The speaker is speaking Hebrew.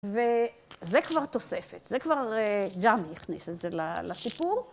וזה כבר תוספת, זה כבר ג'אמי הכניס את זה לסיפור.